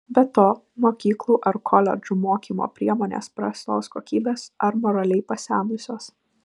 be to mokyklų ar koledžų mokymo priemonės prastos kokybės ar moraliai pasenusios